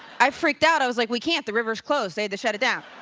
i freaked out. i was like, we can't. the river is closed. they had to shut it down.